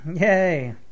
Yay